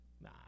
Nah